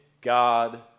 God